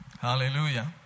Hallelujah